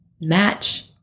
match